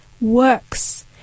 works